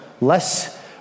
less